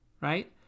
right